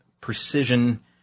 precision